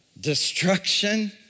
destruction